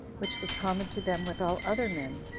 which was common to them with all other men,